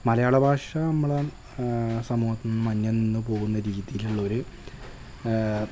മലയാളഭാഷാ നമ്മുടെ സമൂഹത്തിൽ നിന്നന്യം നിന്നു പോകുന്ന രീതിയിലുള്ളൊരു